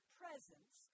presence